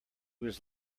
was